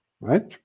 right